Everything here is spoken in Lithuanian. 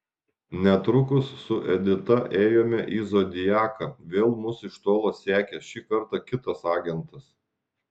netrukus su edita ėjome į zodiaką vėl mus iš tolo sekė šį kartą kitas agentas